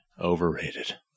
overrated